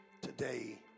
today